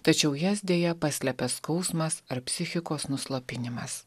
tačiau jas deja paslepia skausmas ar psichikos nuslopinimas